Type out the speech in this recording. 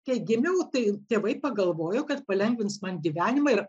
kai gimiau tai tėvai pagalvojo kad palengvins man gyvenimą ir